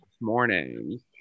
morning